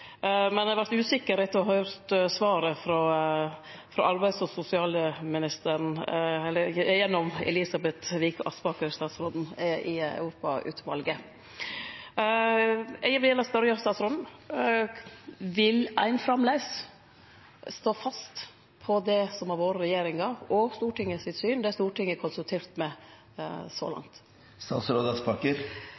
Men eg vart usikker etter å ha høyrt svaret frå arbeids- og sosialministeren, gjennom statsråd Elisabeth Vik Aspaker, i Europautvalet. Eg vil gjerne spørje statsråden: Vil ein framleis stå fast ved det som har vore regjeringa og Stortingets syn – det Stortinget er konsultert om så